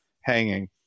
hanging